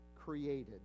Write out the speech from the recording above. created